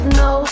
no